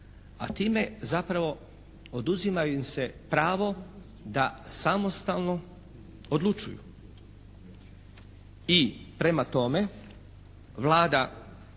a time zapravo oduzima im se pravo da samostalno odlučuju i prema tome Vlada